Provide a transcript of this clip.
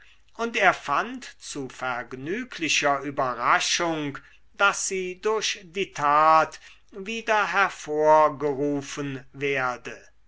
und er fand zu vergnüglicher überraschung daß sie durch die tat wieder hervorgerufen werde